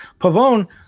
Pavone